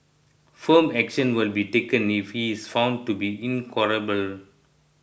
firm action will be taken if he is found to be